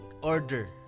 order